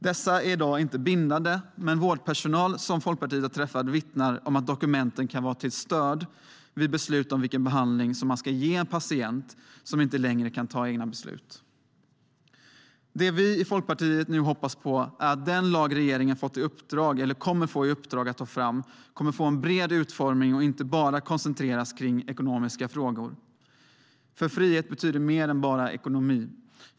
Dokumenten är i dag inte bindande, men vårdpersonal som Folkpartiet har träffat vittnar om att dokumenten kan vara till stöd vid beslut om vilken behandling man ska ge en patient som inte längre kan fatta egna beslut. Det vi i Folkpartiet nu hoppas på är att den lag regeringen kommer att få i uppdrag att ta fram får en bred utformning och inte bara koncentreras till ekonomiska frågor. Frihet betyder mer än bara ekonomi.